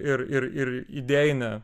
ir ir ir idėjinę